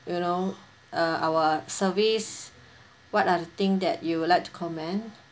you know uh our service what are the thing that you would like to commend